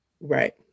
Right